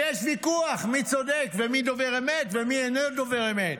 ויש ויכוח מי צודק ומי דובר אמת ומי אינו דובר אמת.